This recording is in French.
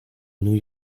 new